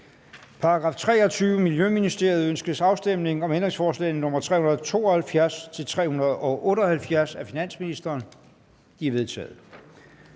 Til § 23. Miljøministeriet. Ønskes afstemning om ændringsforslag nr. 372-378 af finansministeren? De er vedtaget.